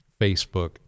Facebook